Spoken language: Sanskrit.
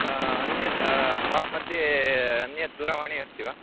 अन्यत् शाप् मध्ये अन्यत् दूरवाणी अस्ति वा